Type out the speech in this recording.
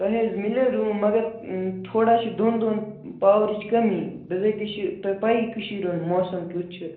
تُہۍ حظ میلہِ روٗم مگر تھوڑا چھِ دۅن دۄہَن پاورٕچ کٔمی بِِظٲتی چھُ تُہۍ پَیی کٔشیٖر ہُنٛد موسم کٮُ۪تھ چھُ